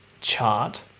chart